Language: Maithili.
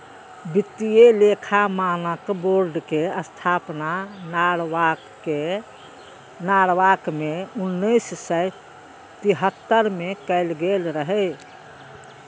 वित्तीय लेखा मानक बोर्ड के स्थापना नॉरवॉक मे उन्नैस सय तिहत्तर मे कैल गेल रहै